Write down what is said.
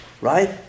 right